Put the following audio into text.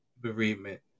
bereavement